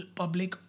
public